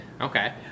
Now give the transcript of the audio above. okay